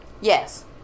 Yes